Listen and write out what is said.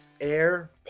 Air